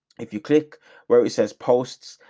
if you click where it says posts,